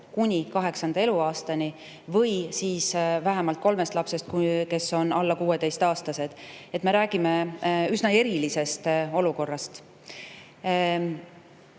kuni 8. eluaastani või siis vähemalt kolmest lapsest, kes on alla 16-aastased. Me räägime üsna erilisest olukorrast.